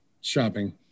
shopping